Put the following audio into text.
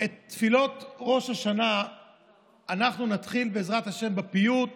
את תפילות ראש השנה אנחנו נתחיל, בעזרת השם, בפיוט